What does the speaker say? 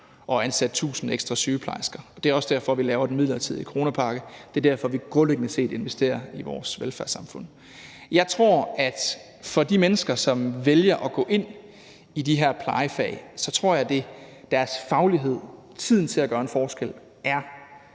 at ansætte 1.000 ekstra sygeplejersker. Det er også derfor, vi laver den midlertidige coronapakke, og det er derfor, vi grundlæggende set investerer i vores velfærdssamfund. Jeg tror, at for de mennesker, som vælger at gå ind i de her plejefag, er det deres faglighed og tiden til at gøre en forskel, der